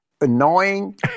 annoying